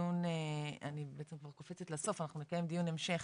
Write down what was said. אני קופצת לסוף, אנחנו נקיים דיון המשך